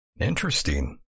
Interesting